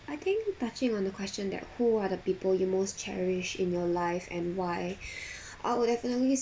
I think touching on the question that who are the people you most cherish in your life and why I'll definitely